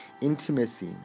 intimacy